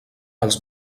els